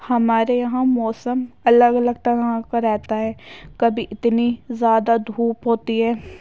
ہمارے یہاں موسم الگ الگ طرح کا رہتا ہے کبھی اتنی زیادہ دھوپ ہوتی ہے